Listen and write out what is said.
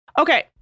Okay